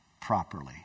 properly